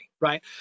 right